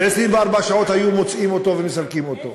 ב-24 שעות היו מוצאים אותו ומסלקים אותו.